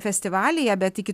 festivalyje bet iki